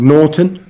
Norton